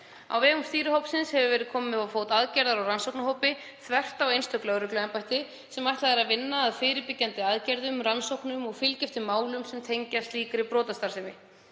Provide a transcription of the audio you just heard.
Á vegum stýrihópsins hefur verið komið á fót aðgerða- og rannsóknahópi, þvert á einstök lögregluembætti, sem ætlað er að vinna að fyrirbyggjandi aðgerðum og rannsóknum og fylgja eftir málum sem tengjast slíkri brotastarfsemi.